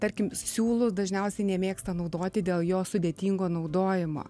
tarkim siūlų dažniausiai nemėgsta naudoti dėl jo sudėtingo naudojimo